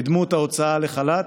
בדמות ההוצאה לחל"ת,